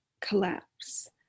collapse